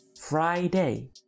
Friday